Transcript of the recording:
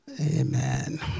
amen